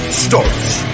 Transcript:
starts